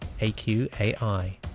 AQAI